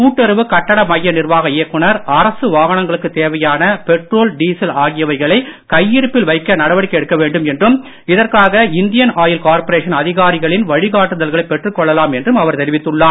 கூட்டுறவு கட்டட மைய நிர்வாக இயக்குநர் அரசு வாகனங்களுக்குத் தேவையான பெட்ரோல் டீசல் ஆகியவைகளை கையிருப்பில் வைக்க நடவடிக்கை எடுக்க வேண்டும் என்றும் இதற்காக இண்டியன் ஆயில் கார்ப்பரேஷன் அதிகாரிகளின் வழிகாட்டுதல்களைப் பெற்றுக் கொள்ளலாம் என்றும் அவர் தெரிவித்துள்ளார்